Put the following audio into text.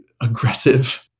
aggressive